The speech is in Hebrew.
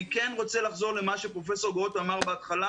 אני כן רוצה לחזור למה שאמר פרופסור גרוטו קודם לכן,